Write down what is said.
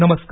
नमस्कार